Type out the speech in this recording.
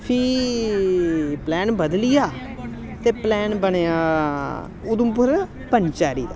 फ्ही प्लान बदली गेआ ते प्लान बनेआ उधमपुर पंचैरी दा